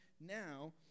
now